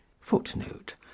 footnote